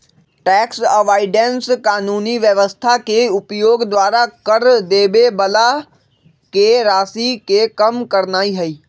tax avoidance कानूनी व्यवस्था के उपयोग द्वारा कर देबे बला के राशि के कम करनाइ हइ